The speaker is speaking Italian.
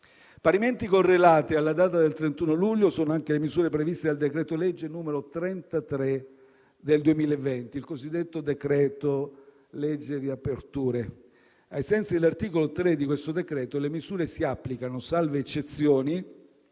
Parimenti correlate alla data del 31 luglio sono anche le misure previste dal decreto-legge n. 33 del 2020, il cosiddetto decreto-legge riaperture. Ai sensi dell'articolo 3 di tale decreto, le misure si applicano, salvo eccezioni,